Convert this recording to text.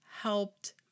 helped